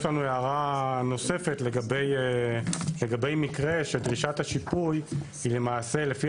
יש לנו הערה נוספת לגבי מקרה שדרישת השיפוי היא למעשה לפי